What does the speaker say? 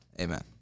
Amen